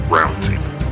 Roundtable